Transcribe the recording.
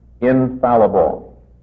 infallible